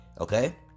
okay